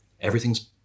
Everything's